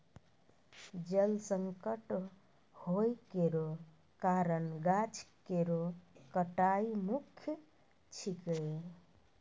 जल संकट होय केरो कारण गाछ केरो कटाई मुख्य छिकै